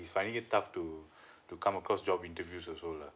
he's finding it tough to to come across job interviews also lah